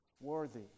worthy